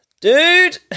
dude